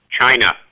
China